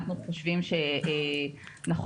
חושב שמה